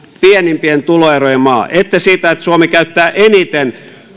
pienimpien tuloerojen maa ette siitä että suomi käyttää lähes eniten